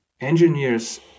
Engineers